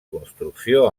construcció